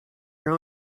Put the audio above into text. your